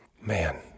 Man